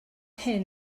hyn